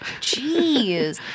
Jeez